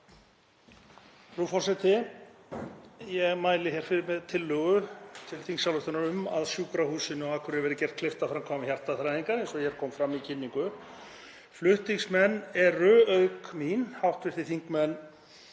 Frú forseti. Ég mæli hér fyrir tillögu til þingsályktunar um að sjúkrahúsið á Akureyri verði gert kleift að framkvæma hjartaþræðingar. eins og hér kom fram í kynningu. Flutningsmenn eru auk mín hv. þingmenn